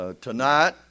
tonight